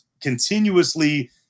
continuously